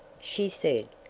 she said,